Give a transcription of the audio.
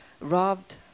robbed